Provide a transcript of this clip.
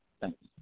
Thanks